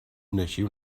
naixia